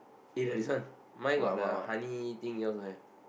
eh the this one mine got the honey thing yours don't have